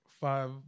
five